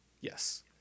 Yes